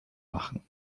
machen